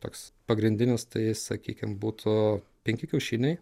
toks pagrindinis tai sakykim būtų penki kiaušiniai